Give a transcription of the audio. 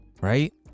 Right